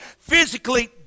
physically